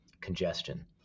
congestion